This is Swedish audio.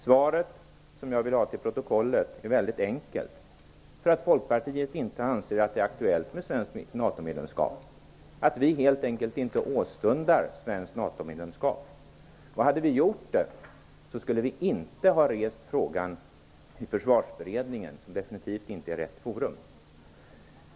Svaret, som jag vill ha antecknat till protokollet, är väldigt enkelt: Därför att Folkpartiet inte anser att det är aktuellt med ett svenskt NATO-medlemskap och därför att vi helt enkelt inte åstundar något svenskt NATO medlemskap. Hade vi gjort det skulle vi inte ha rest frågan i Försvarsberedningen, som definitivt inte är rätt forum.